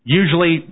usually